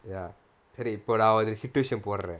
ya சரி இப்போ நான் ஒரு:sari ippo naan oru situation போடுறேன்:poduraen